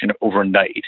overnight